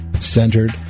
centered